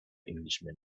englishman